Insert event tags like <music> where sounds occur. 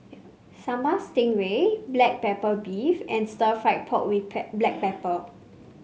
Sambal Stingray Black Pepper Beef and stir fry pork with <unintelligible> Black Pepper